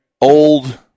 old –